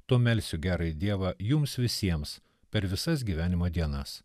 tuo melsiu gerąjį dievą jums visiems per visas gyvenimo dienas